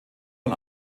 von